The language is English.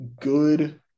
good